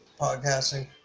podcasting